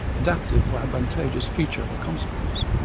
adaptive or advantageous feature or consequence.